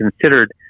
considered